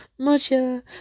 matcha